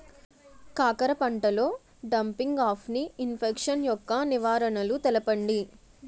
కాకర పంటలో డంపింగ్ఆఫ్ని ఇన్ఫెక్షన్ యెక్క నివారణలు తెలపండి?